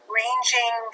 ranging